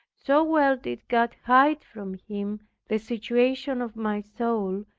so well did god hide from him the situation of my soul,